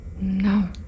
No